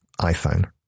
iPhone